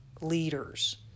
leaders